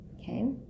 okay